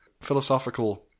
philosophical